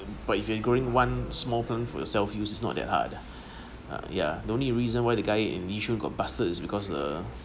but if you are growing one small pond for yourself use is not that hard uh yeah the only reason why the guy in Yishun got buster is because the